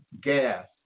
gas